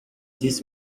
this